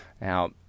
Now